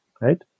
right